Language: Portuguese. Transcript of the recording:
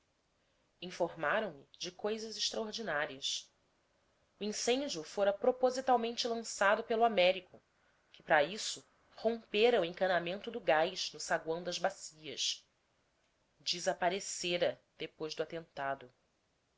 informaram me de coisas extraordinárias o incêndio fora propositalmente lançado pelo américo que para isso rompera o encanamento do gás no saguão das bacias desaparecera depois do atentado